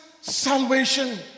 salvation